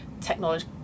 Technology